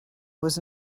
was